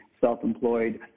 self-employed